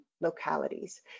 localities